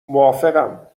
موافقم